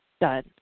done